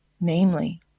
namely